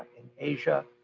in asia,